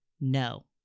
no